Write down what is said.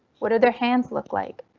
what do their hands look like?